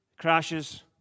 crashes